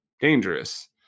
dangerous